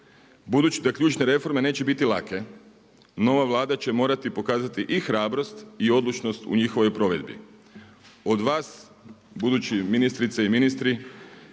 Budući da ključne reforme neće biti lake, nova Vlada će morati pokazati i hrabrost i odlučnost u njihovoj provedbi. Od vas budući ministrice i ministri